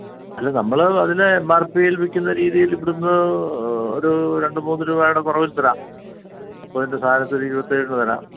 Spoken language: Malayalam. അല്ല നമ്മളെ അതിലെ എം ആർ പിയിൽ വിൽക്കുന്ന രീതിയിൽ ഇവിടുന്ന് ഒരു രണ്ട് മൂന്ന് രൂപയുടെ കുറവിൽ തരാം മൂപ്പത്തിൻ്റെ സാധനത്തിന് ഒരു ഇരുപത്തേഴിന് തരാം